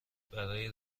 برای